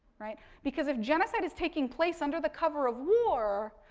right. because, if genocide is taking place under the cover of war,